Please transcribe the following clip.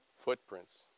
Footprints